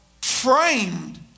framed